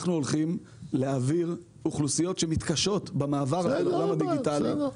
אנחנו הולכים להעביר אוכלוסיות שמתקשות במעבר לדיגיטציה.